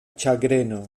ĉagreno